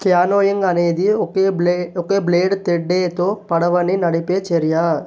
canoeing అనేది ఒకే బ్లే ఒకే బ్లేడ్ తెడ్డీతో పడవని నడిపే చర్య